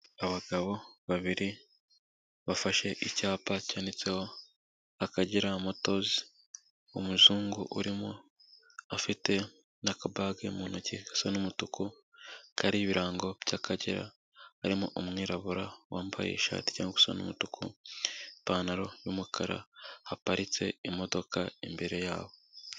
Abagabo babiri bafashe icyapa cyanditseho Akagera motozi, umuzungu urimo afite n'akabage mu ntoki gasa n'umutuku, kariho ibirango by'Akagera harimo umwirabura wambaye ishati ijya gusa n'umutuku, ipantaro y'umukara haparitse imodoka imbere yabo.